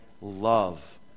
love